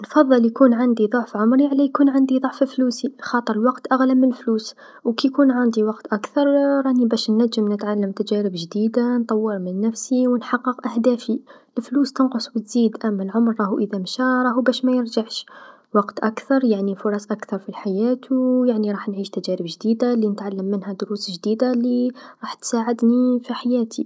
نفضل يكون عندي ضعف عمري على يكون عندي ضعف فلوسي، لخاطر الوقت أغلى من الفلوس وكيكون عندي وقت أكثر راني باش نجم نتعلم تجارب جديدا، نطور من نفسي و نحقق أهدافي، الفلوس تنقص و تزيد، أما العمر راهو إذا مشى راهو باش ميرجعش، وقت أكثر يعني فرص أكثر في الحياة و يعني راح نعيش تجارب جديدا لنتعلم منها دروس جديدا لراح تساعدني في حياتي.